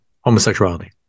homosexuality